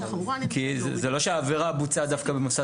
כפי שאמרת.